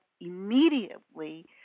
immediately